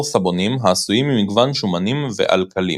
סבונים העשויים ממגוון שומנים ואלקלים.